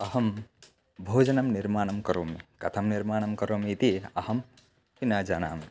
अहं भोजनं निर्माणं करोमि कथं निर्माणं करोमि इति अहं न जानामि